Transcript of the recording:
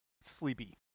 sleepy